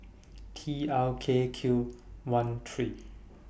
T R K Q one three